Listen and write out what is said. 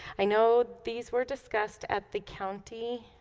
i know these were discussed at the county